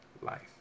life